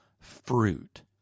Fruit